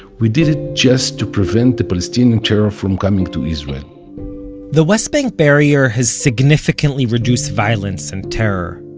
we did it just to prevent the palestinian terror from coming to israel the west bank barrier has significantly reduced violence and terror.